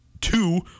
two